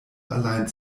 allein